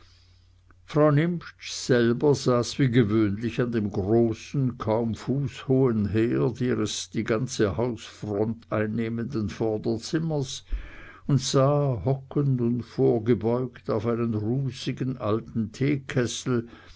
frau nimptsch selbst aber saß wie gewöhnlich an dem großen kaum fußhohen herd ihres die ganze hausfront einnehmenden vorderzimmers und sah hockend und vorgebeugt auf einen rußigen alten teekessel